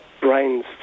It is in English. brains